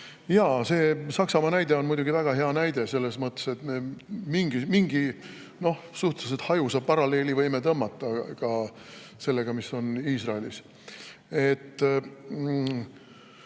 aega. See Saksamaa näide on muidugi väga hea näide selles mõttes, et me mingi suhteliselt hajusa paralleeli võime tõmmata ka sellega, mis on Iisraelis.